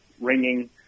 ringing